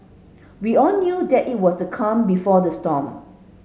we all knew that it was the calm before the storm